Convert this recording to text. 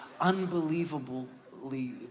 unbelievably